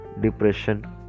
depression